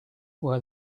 where